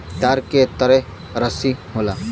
तार के तरे रस्सी होला